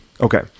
okay